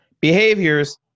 behaviors